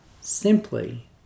simply